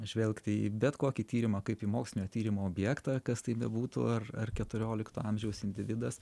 žvelgt į bet kokį tyrimą kaip į mokslinio tyrimo objektą kas tai bebūtų ar ar keturiolikto amžiaus individas